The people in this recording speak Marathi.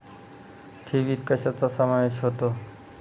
ठेवीत कशाचा समावेश होतो?